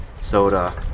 soda